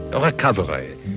recovery